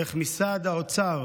איך משרד האוצר